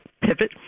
pivot